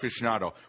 Aficionado